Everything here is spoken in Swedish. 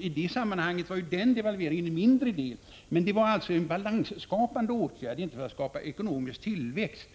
I det sammanhanget var den förstnämnda devalveringen en mindre del, men den var en balansskapande åtgärd, inte en åtgärd som syftade till att skapa ekonomisk tillväxt.